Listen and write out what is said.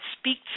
speak